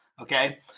okay